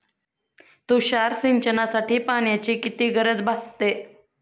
तुषार सिंचनासाठी पाण्याची किती गरज भासते?